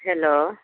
hello